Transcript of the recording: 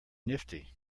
nifty